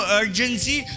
urgency